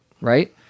Right